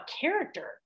character